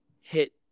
hit